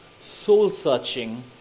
soul-searching